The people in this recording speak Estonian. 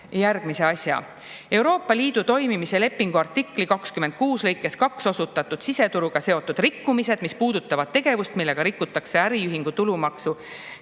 kohaldamisalaks: "Euroopa Liidu toimimise lepingu artikli 26 lõikes 2 osutatud siseturuga seotud rikkumised, mis puudutavad tegevust, millega rikutakse äriühingu tulumaksu